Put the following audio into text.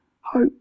hope